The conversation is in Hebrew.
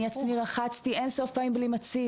אני הולך איתך לחוף עם מציל.